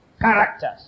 Characters